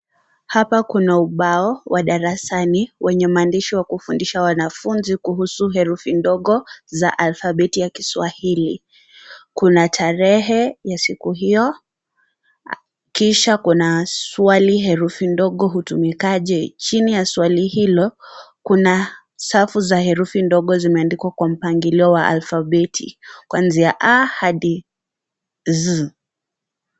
Hapa kuna ubao wa darasani wenye maandishi wa kufunza wanafunzi kuhusu herufi ndogo za alfabeti ya kiswahili. Kuna tarehe ya siku hio kisha kuna swali herufi ndogo hutumikaje?. Chini ya swali hilo, kuna safu za herufi ndogo zimeandikwa kwa mpangilio wa alfabeti kuanzia a hadi z.